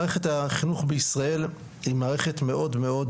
מערכת החינוך בישראל, היא מערכת מאוד מאוד